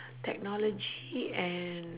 technology and